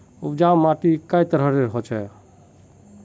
उपजाऊ माटी कई तरहेर होचए?